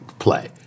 play